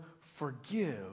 forgive